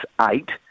eight